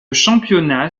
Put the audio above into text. championnat